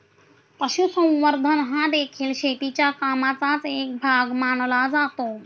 पशुसंवर्धन हादेखील शेतीच्या कामाचाच एक भाग मानला जातो